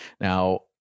Now